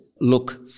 look